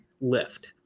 lift